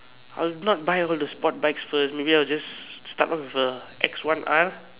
I'll not buy all the sport bikes first maybe I'll just start off with a X one R